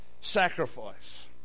sacrifice